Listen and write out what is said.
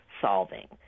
solving